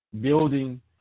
building